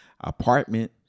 apartment